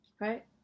Right